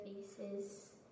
faces